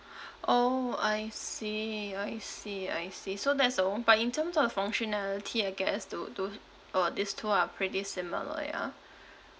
orh I see I see I see so that's uh one but in terms of functionality I guess to to uh these two are pretty similar yeah